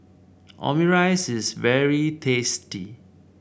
Omurice is very tasty